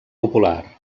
popular